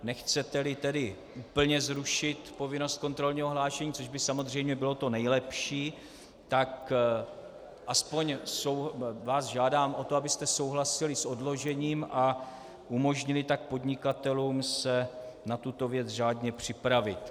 Nechceteli tedy úplně zrušit povinnost kontrolního hlášení, což by samozřejmě bylo to nejlepší, tak aspoň vás žádám o to, abyste souhlasili s odložením a umožnili tak podnikatelům se na tuto věc řádně připravit.